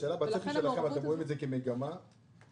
בצפי שלכם אתם רואים את זה כמגמה ל-2022?